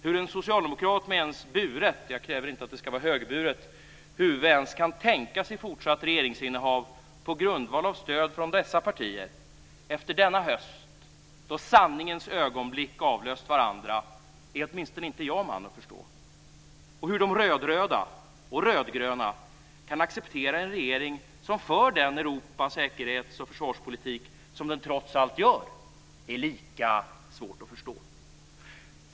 Hur en socialdemokrat med buret, jag kräver inte att det ska vara högburet, huvud ens kan tänka sig fortsatt regeringsinnehav på grundval av stöd från dessa partier, efter denna höst då sanningens ögonblick avlöst varandra, är åtminstone inte jag man att förstå. Och hur de röd-röda och röd-gröna kan acceptera en regering som för den Europa-, säkerhets och försvarspolitik som den trots allt gör är lika svårt att förstå.